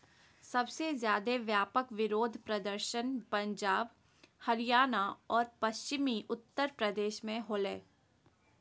सबसे ज्यादे व्यापक विरोध प्रदर्शन पंजाब, हरियाणा और पश्चिमी उत्तर प्रदेश में होलय